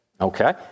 Okay